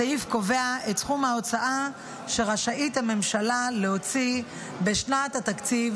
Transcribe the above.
הסעיף "קובע את סכום ההוצאה שרשאית הממשלה להוציא בשנת התקציב